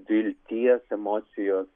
vilties emocijos